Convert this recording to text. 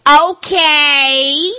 Okay